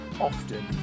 often